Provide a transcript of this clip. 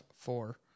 Four